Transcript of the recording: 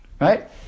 right